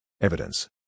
evidence